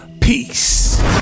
Peace